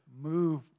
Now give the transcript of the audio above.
move